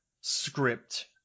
script